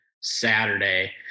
Saturday